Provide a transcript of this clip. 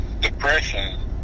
Depression